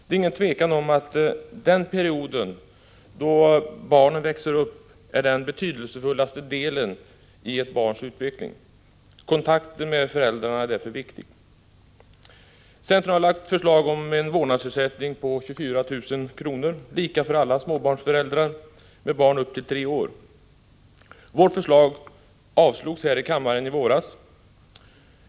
Det är inget tvivel om att den period då barnen växer upp är den mest betydelsefulla i ett barns utveckling. Kontakten med föräldrarna är därför viktig. Centern har lagt fram förslag om en vårdnadsersättning på 24 000 kr., lika för alla småbarnsföräldrar med barn upp till tre år. Vårt förslag avslogs här i kammaren i våras.